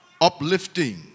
uplifting